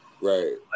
Right